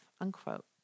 unquote